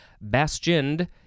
Bastioned